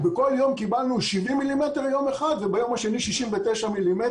ביום אחד קיבלנו 70 מילימטר וביום השני קיבלנו 69 מילימטר.